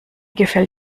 gefällt